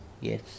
Yes